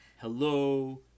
Hello